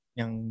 yang